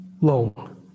long